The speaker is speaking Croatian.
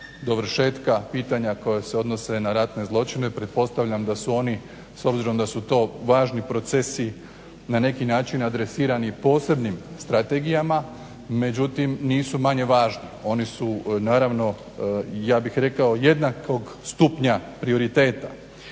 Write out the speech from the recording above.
dovršetka pitanja koja se odnose na ratne zločine. Pretpostavljam da su oni s obzirom da su to važni procesi na neki način adresirani posebnim strategijama, međutim nisu manje važni. Oni su naravno, ja bih rekao jednakog stupnja prioriteta.